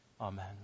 Amen